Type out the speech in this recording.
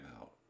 out